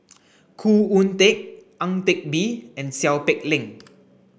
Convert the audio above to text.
Khoo Oon Teik Ang Teck Bee and Seow Peck Leng